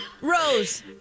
Rose